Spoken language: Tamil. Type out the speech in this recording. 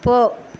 போ